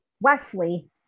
Wesley